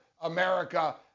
America